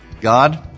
God